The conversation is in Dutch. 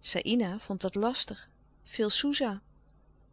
saïna vond dat lastig veel soesa